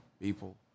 people